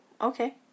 okay